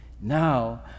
Now